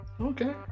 Okay